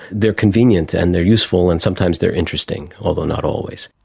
they are convenient and they are useful and sometimes they are interesting, although not always.